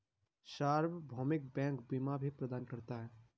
सार्वभौमिक बैंक बीमा भी प्रदान करता है